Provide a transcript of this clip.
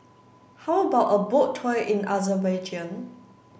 how about a boat tour in Azerbaijan